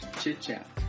chit-chat